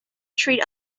treat